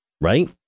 right